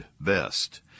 best